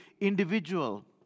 individual